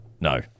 No